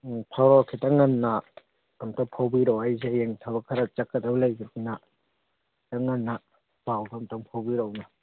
ꯎꯝ ꯐꯥꯎꯔꯛꯑꯣ ꯈꯤꯇꯪ ꯉꯟꯅ ꯑꯝꯇ ꯐꯥꯎꯕꯤꯔꯛꯑꯣ ꯑꯩꯁꯦ ꯍꯌꯦꯡ ꯊꯕꯛ ꯈꯔ ꯆꯠꯀꯗꯕ ꯂꯩꯕꯁꯤꯅ ꯈꯤꯇꯪ ꯉꯟꯅ ꯄꯥꯎꯗꯨ ꯑꯝꯇꯪ ꯐꯥꯎꯕꯤꯔꯛꯎꯅꯦ